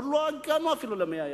עוד לא הגענו אפילו ל-100 ימים.